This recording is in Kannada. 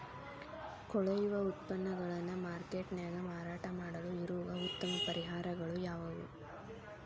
ಕೊಳೆವ ಉತ್ಪನ್ನಗಳನ್ನ ಮಾರ್ಕೇಟ್ ನ್ಯಾಗ ಮಾರಾಟ ಮಾಡಲು ಇರುವ ಉತ್ತಮ ಪರಿಹಾರಗಳು ಯಾವವು?